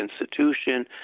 institution